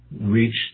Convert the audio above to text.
reach